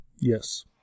Yes